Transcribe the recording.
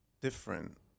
different